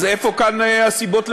אז איפה כאן הסיבות למחלוקת?